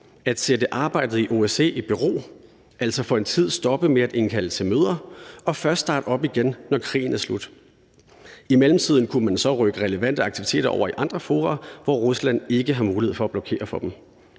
at sætte arbejdet i OSCE i bero, altså for en tid at stoppe med at indkalde til møder, og først starte op igen, når krigen er slut. I mellemtiden kunne man så rykke relevante aktiviteter over i andre fora, hvor Rusland ikke har mulighed for at blokere for dem.